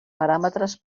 paràmetres